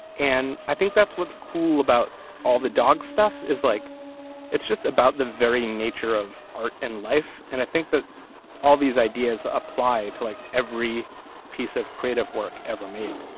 and i think that's what's cool about all the dog stuff. like it's just about the very nature of art and life. and i think that all these ideas apply to like every piece of creative work ever made.